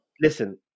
Listen